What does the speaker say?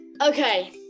okay